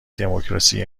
دموکراسی